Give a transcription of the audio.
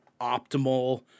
optimal